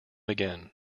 again